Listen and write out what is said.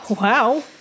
Wow